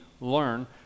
learn